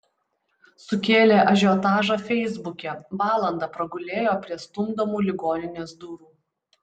sukėlė ažiotažą feisbuke valandą pragulėjo prie stumdomų ligoninės durų